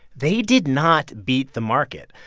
they did not beat the market.